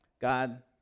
God